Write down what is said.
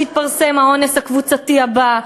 כשיתפרסם האונס הקבוצתי הבא,